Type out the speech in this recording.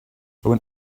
when